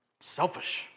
Selfish